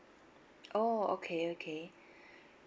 oh okay okay